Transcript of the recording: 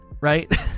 right